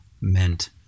meant